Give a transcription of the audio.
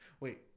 Wait